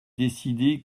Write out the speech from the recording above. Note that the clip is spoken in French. décidé